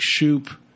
Shoup